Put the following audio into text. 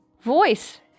voice